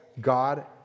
God